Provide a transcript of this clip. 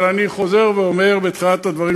אבל אני חוזר ואומר, כפי שאמרתי בתחילת הדברים,